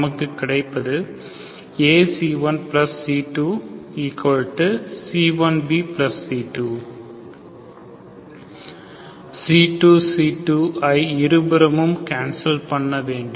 நமக்குக் கிடைப்பது ac1c2c1 bc2 c2c2 இருபுறமும் கேன்சல் பண்ண வேண்டும்